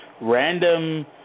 random